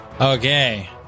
Okay